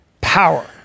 power